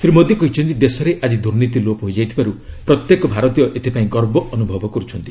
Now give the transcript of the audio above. ଶ୍ରୀ ମୋଦୀ କହିଚ୍ଚନ୍ତି ଦେଶରେ ଆଜି ଦୁର୍ନୀତି ଲୋପ ହୋଇଯାଇଥିବାରୁ ପ୍ରତ୍ୟେକ ଭାରତୀୟ ଏଥିପାଇଁ ଗର୍ବ ଅନୁଭବ କରୁଛନ୍ତି